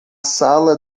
sala